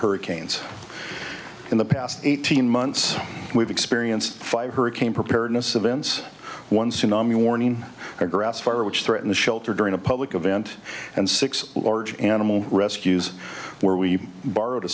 hurricanes in the past eighteen months we've experienced five hurricane preparedness events one tsunami warning or grassfire which threatened shelter during a public event and six large animal rescues where we borrowed a